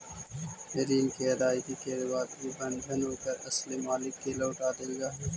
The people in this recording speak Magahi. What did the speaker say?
ऋण के अदायगी के बाद इ बंधन ओकर असली मालिक के लौटा देल जा हई